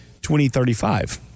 2035